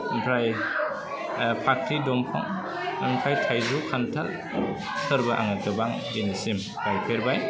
आमफ्राय फाख्रि दंफां आमफ्राय थायजौ खान्थालफोरबो आङो गोबां दिनैसिम गायफेरबाय